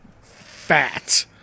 fat